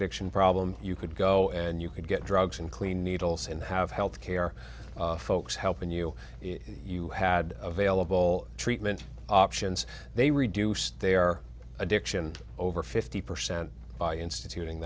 addiction problem you could go and you you'd get drugs and clean needles in the have health care folks helping you if you had available treatment options they reduce their addiction over fifty percent by instituting